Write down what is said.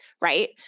Right